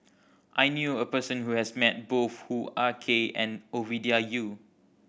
I knew a person who has met both Hoo Ah Kay and Ovidia Yu